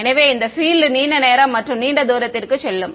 எனவே இந்த பீல்ட் நீண்ட நேரம் மற்றும் நீண்ட தூரத்திற்கும் செல்லும்